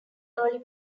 early